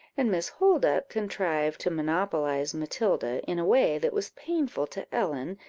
and miss holdup contrived to monopolize matilda, in a way that was painful to ellen,